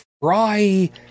fry